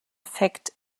effekt